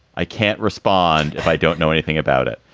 i can't respond if i don't know anything about it.